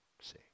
see